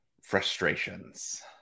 frustrations